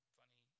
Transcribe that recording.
funny